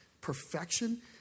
perfection